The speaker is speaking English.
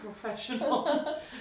professional